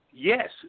Yes